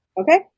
Okay